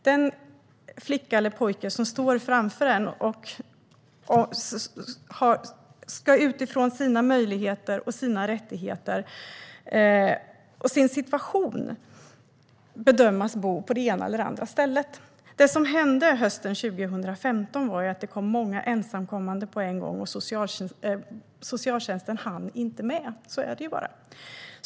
Den flicka eller pojke som står framför en ska bedömas bo på det ena eller det andra stället utifrån sina möjligheter, sina rättigheter och sin situation. Det som hände hösten 2015 var att det kom många ensamkommande på en gång. Socialtjänsten hann inte med - så är det bara.